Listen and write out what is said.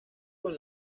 con